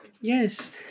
Yes